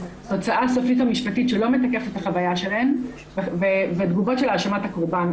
תוצאה סופית המשפטית שלא מתקף את החוויה שלהן ותגובות של האשמת הקורבן.